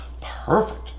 perfect